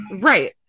Right